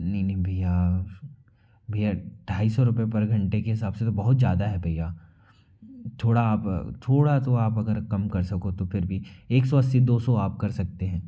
नहीं नहीं भैया भैया ढाई सौ रुपये पर घंटे के हिसाब से तो बहुत ज़्यादा है भैया थोड़ा आप थोड़ा तो आप अगर कम कर सको तो फिर भी एक सौ अस्सी दो सौ आप कर सकते हैं